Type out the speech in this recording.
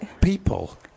people